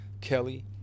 Kelly